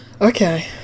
Okay